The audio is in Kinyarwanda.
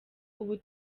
ubu